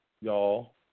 y'all